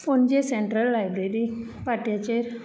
Panaji central library पाट्याचेर